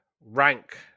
rank